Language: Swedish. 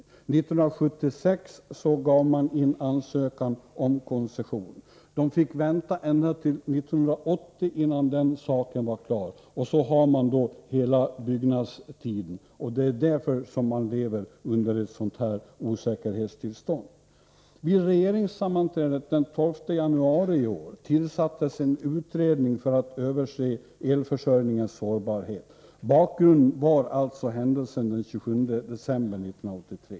1976 lade man in en ansökan om koncession. Vattenfall fick vänta ända till 1980 innan detta var klart. Därtill kommer hela byggnadstiden. Det är därför man lever i ett sådant osäkerhetstillstånd. Vid regeringssammanträdet den 12 januari i år tillsattes en utredning för att se över elförsörjningens sårbarhet. Bakgrunden var alltså händelsen den 27 december 1983.